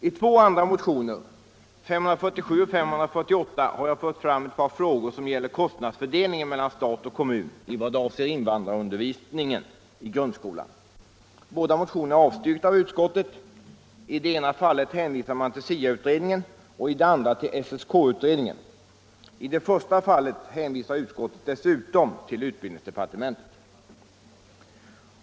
I två andra motioner, nr 547 och 548, har jag fört fram ett par frågor, som gäller kostnadsfördelningen mellan stat och kommun i vad avser invandrarundervisningen i grundskolan. Båda motionerna är avstyrkta av utskottet. I det ena fallet hänvisar man till SIA-utredningen och i det andra till SSK-utredningen. I det första fallet hänvisar utskottet dessutom till utbildningsdepartementet.